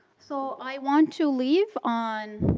so i want to leave on